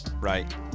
right